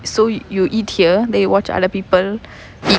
so you eat here then you watch other people eat